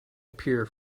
appear